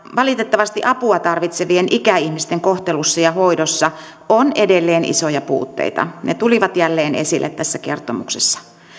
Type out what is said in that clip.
valitettavasti apua tarvitsevien ikäihmisten kohtelussa ja hoidossa on edelleen isoja puutteita ne tulivat jälleen esille tässä kertomuksessa